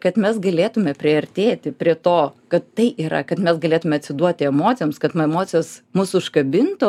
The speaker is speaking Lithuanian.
kad mes galėtume priartėti prie to kad tai yra kad mes galėtume atsiduoti emocijoms kad m emocijos mus užkabintų